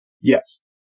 Yes